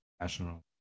national